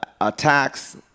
attacks